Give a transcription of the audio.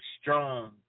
strong